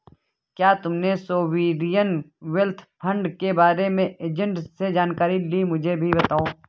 क्या तुमने sovereign wealth fund के बारे में एजेंट से जानकारी ली, मुझे भी बताओ